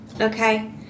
okay